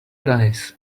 dice